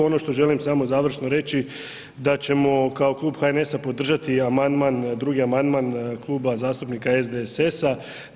Ono što želim samo završno reći da ćemo kao klub HNS-a podržati amandman, drugi amandman Kluba zastupnika SDSS-a.